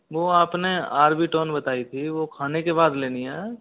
वो अपने ऑर्बिटोन बताई थी वो खाने के बाद लेनी है